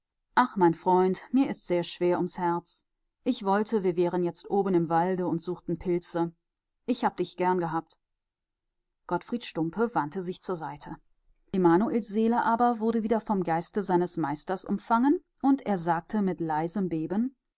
ach mein freund mir ist sehr schwer ums herz ich wollte wir wären jetzt oben im walde und suchten pilze ich hab dich gern gehabt gottfried stumpe wandte sich zur seite emanuels seele aber wurde wieder vom geiste seines meisters umfangen und er sagte mit leisem beben